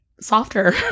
softer